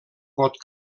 pot